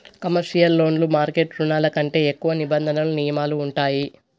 commercial లోన్లు market రుణాల కంటే ఎక్కువ నిబంధనలు నియమాలు ఉంటాయి